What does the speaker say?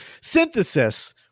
synthesis